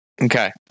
Okay